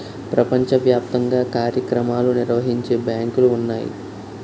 ప్రపంచ వ్యాప్తంగా కార్యక్రమాలు నిర్వహించే బ్యాంకులు ఉన్నాయి